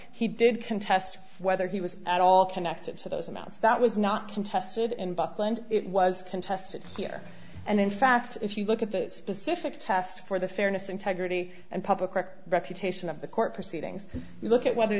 he did contest whether he was at all connected to those amounts that was not contested in buckland it was contested here and in fact if you look at the specific test for the fairness integrity and public record reputation of the court proceedings you look at